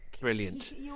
Brilliant